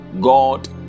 god